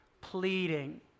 Pleading